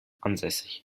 ansässig